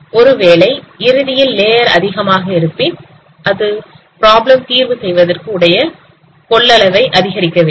ஒருவேளை இறுதியில் லேயர் அதிகமாக இருப்பின் அது பிராப்ளம் தீர்வு செய்வதற்கு உடைய கொள்ளளவை அதிகரிக்கவில்லை